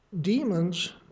demons